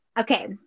okay